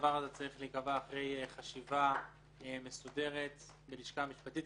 הדבר הזה צריך להיקבע אחרי חשיבה מסודרת בלשכה המשפטית,